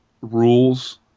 rules